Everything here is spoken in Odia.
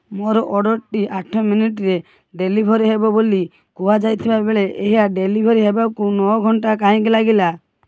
ମୋର ଅର୍ଡ଼ର୍ଟି ଆଠ ମିନିଟ୍ରେ ଡେଲିଭର୍ ହେବ ବୋଲି କୁହାଯାଇଥିବା ବେଳେ ଏହା ଡେଲିଭର୍ ହେବାକୁ ନଅ ଘଣ୍ଟା କାହିଁକି ଲାଗିଲା